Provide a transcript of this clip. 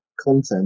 content